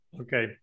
Okay